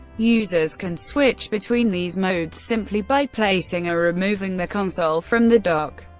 users can switch between these modes simply by placing or removing the console from the dock,